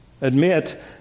Admit